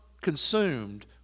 consumed